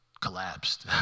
collapsed